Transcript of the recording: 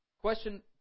question